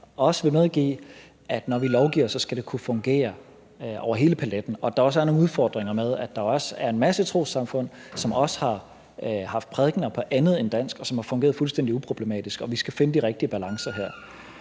vil medgive, at det, når vi lovgiver, skal kunne fungere over hele paletten, og at der også er nogle udfordringer med, at der er en masse trossamfund, som også har prædikener på andet end dansk, og som har fungeret fuldstændig uproblematisk. Vi skal her finde de rigtige balancer.